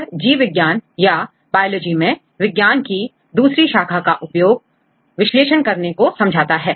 यह जीव विज्ञान या बायोलॉजी में विज्ञान की दूसरी शाखा का उपयोग विश्लेषण करने को समझाता है